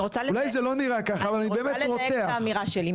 אני רוצה לדייק את האמירה שלי.